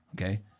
Okay